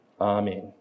Amen